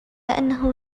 أنه